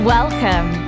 Welcome